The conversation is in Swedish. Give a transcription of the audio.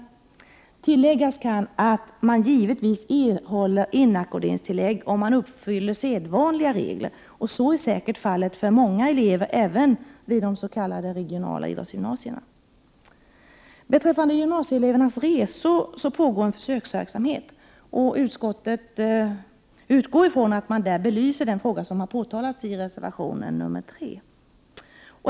Tilläggas kan att man givetvis erhåller inackorderingstillägg om man uppfyller de sedvanliga kraven. Så är säkert fallet för många elever, även vid de s.k. regionala idrottsgymnasierna. Beträffande gymnasieelevernas resor pågår en försöksverksamhet. Utskottet utgår från att man i samband med denna belyser den fråga som har tagits upp i reservation 3.